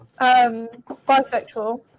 bisexual